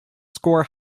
score